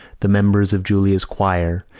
the members of julia's choir,